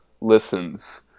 listens